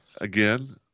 again